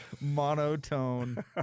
monotone